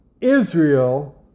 Israel